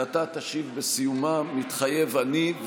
ואתה תשיב בסיומה: "מתחייב אני".